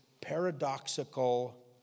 paradoxical